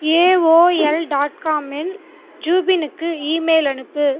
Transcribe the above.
AOL dot காமில் ஜூபினுக்கு email அனுப்பு